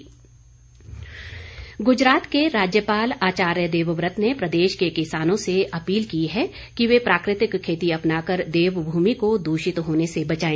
आचार्य देवव्रत गुजरात के राज्यपाल आचार्य देवव्रत ने प्रदेश के किसानों से अपील की है कि ये प्राकृतिक खेती अपनाकर देवभूमि को दूषित होने से बचाए